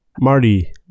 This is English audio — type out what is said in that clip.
Marty